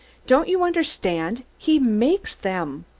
don't you understand? he makes them!